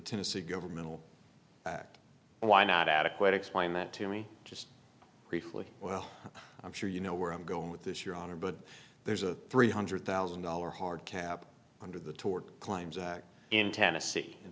tennessee governmental act why not adequate explain that to me just briefly well i'm sure you know where i'm going with this your honor but there's a three hundred thousand dollars hard cap under the tort claims act in tennessee in